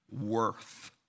worth